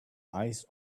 ice